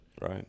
right